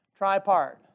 Tripart